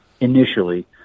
initially